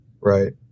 Right